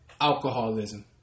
alcoholism